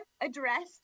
addressed